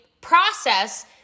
process